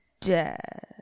Dead